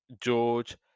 George